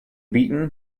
beaten